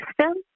system